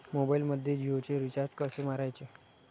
मोबाइलमध्ये जियोचे रिचार्ज कसे मारायचे?